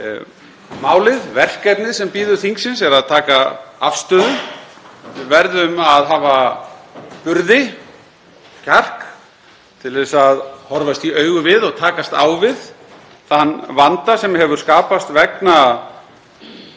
Verkefnið sem bíður þingsins er að taka afstöðu, við verðum að hafa burði og kjark til að horfast í augu við og takast á við þann vanda sem hefur skapast vegna